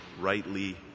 rightly